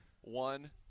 one